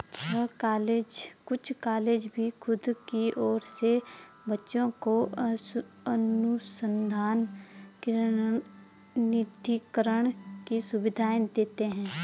कुछ कॉलेज भी खुद की ओर से बच्चों को अनुसंधान निधिकरण की सुविधाएं देते हैं